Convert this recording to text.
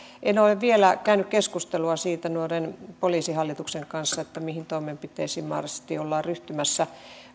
en ole vielä käynyt keskustelua siitä poliisihallituksen kanssa mihin toimenpiteisiin mahdollisesti ollaan ryhtymässä